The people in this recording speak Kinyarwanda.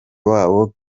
wabo